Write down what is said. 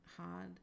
hard